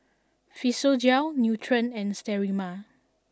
Physiogel Nutren and Sterimar